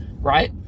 Right